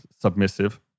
submissive